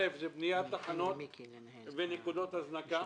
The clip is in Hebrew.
ראשית, בניית תחנות ונקודות הזנקה.